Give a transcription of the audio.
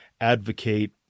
advocate